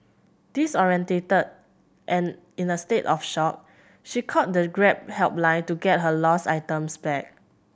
disoriented and in a state of shock she called the Grab helpline to get her lost items back